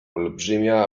olbrzymia